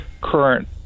current